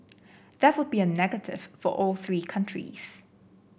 that would be a negative for all three countries